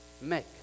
make